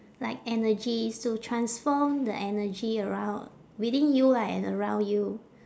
like energies to transform the energy around within you ah and around you